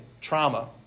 trauma